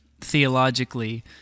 theologically